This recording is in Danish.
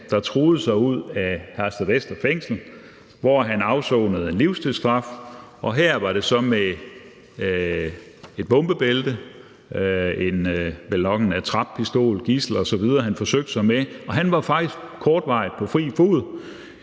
der truede sig ud af Herstedvester Fængsel, hvor han afsonede en livstidsstraf. Og her var det så med et attrapbombebælte, en attrappistol, et gidsel osv., som han forsøgte sig med, og han var faktisk kortvarigt på fri fod,